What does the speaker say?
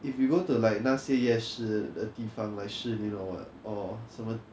if you go to like 那些夜市的地方 like 士林 or what or 什么